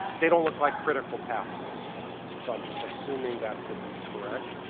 they don't look like critical path items to me so i'm just assuming that to be correct.